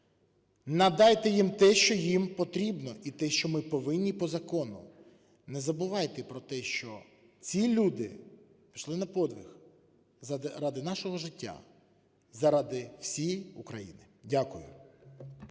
Надайте їм те, що їм потрібно, і те, що ми повинні по закону. Не забувайте про те, що ці люди пішли на подвиг ради нашого життя, заради всієї України. Дякую.